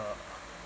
a